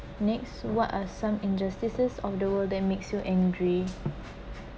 next what are some injustices of the world that makes you angry